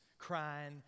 Crying